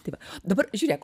tai va dabar žiūrėk